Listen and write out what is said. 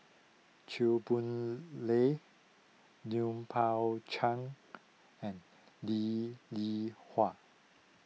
Chew Boon Lay Lui Pao Chuen and Lee Li Hua